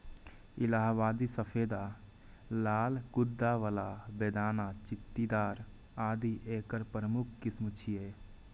इलाहाबादी सफेदा, लाल गूद्दा बला, बेदाना, चित्तीदार आदि एकर प्रमुख किस्म छियै